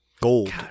Gold